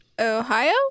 Ohio